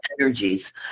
energies